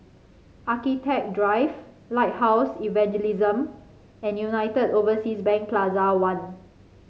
Architecture Drive Lighthouse Evangelism and United Overseas Bank Plaza One